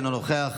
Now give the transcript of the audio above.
אינו נוכח,